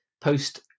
post